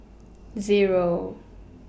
Zero